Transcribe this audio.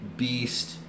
Beast